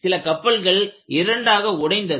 சில கப்பல்கள் இரண்டாக உடைந்தது